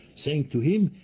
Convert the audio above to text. saying to him,